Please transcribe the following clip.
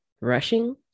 rushing